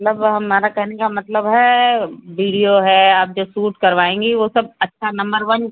मतलब हमारा कहने का मतलब है विडिओ है आप जब सूट करवाएंगी वो सब अच्छा नंबर वन